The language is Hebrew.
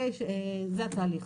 זה התהליך.